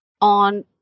on